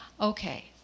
Okay